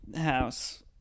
house